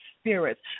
spirits